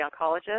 oncologist